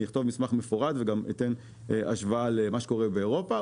ואני אכתוב מסמך מפורט וגם אתן השוואה למה שקורה באירופה,